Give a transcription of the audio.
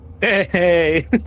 Hey